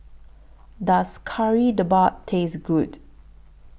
Does Kari Debal Taste Good